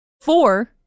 Four